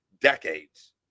decades